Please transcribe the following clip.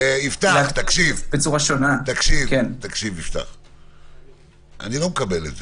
יפתח, תקשיב, אני לא מקבל את זה.